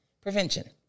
prevention